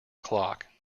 clock